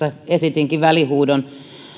esitinkin välihuudon